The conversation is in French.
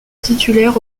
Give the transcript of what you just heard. titulaire